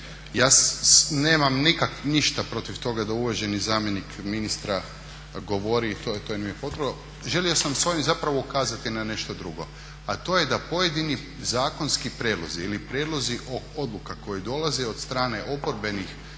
Ja nemam ništa protiv toga da uvaženi zamjenik ministra govori i to nije sporno, želio sam s ovim zapravo ukazati na nešto drugo a to je da pojedini zakonski prijedlozi ili prijedlozi odluka koji dolaze od strane oporbenih